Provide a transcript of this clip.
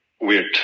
weird